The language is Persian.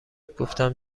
گفتم